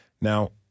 Now